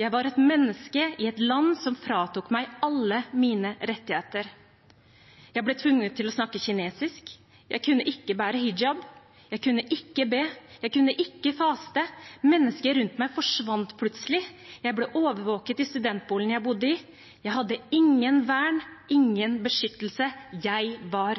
Jeg var et menneske i et land som fratok meg alle mine rettigheter. Jeg ble tvunget til å snakke kinesisk, jeg kunne ikke bære hijab, jeg kunne ikke be, jeg kunne ikke faste, mennesker rundt meg forsvant plutselig, og jeg ble overvåket i studentboligen jeg bodde i. Jeg hadde ikke noe vern, ingen beskyttelse. Jeg var